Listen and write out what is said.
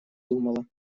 думала